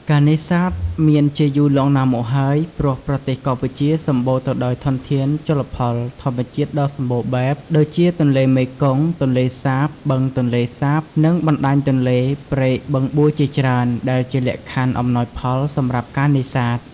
ការនេសាទ មានជាយូរលង់ណាស់មកហើយ ព្រោះប្រទេសកម្ពុជាសម្បូរទៅដោយធនធានជលផលធម្មជាតិដ៏សម្បូរបែប ដូចជាទន្លេមេគង្គ ទន្លេសាប បឹងទន្លេសាប និងបណ្ដាញទន្លេ ព្រែក បឹងបួជាច្រើន ដែលជាលក្ខខណ្ឌអំណោយផលសម្រាប់ការនេសាទ។